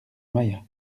maillat